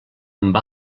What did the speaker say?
amb